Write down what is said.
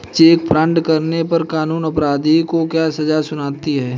Check fraud करने पर कानून अपराधी को क्या सजा सुनाता है?